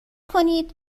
کنید